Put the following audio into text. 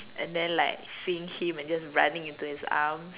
and then like seeing him and just running into his arms